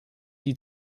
die